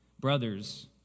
Brothers